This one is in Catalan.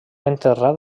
enterrat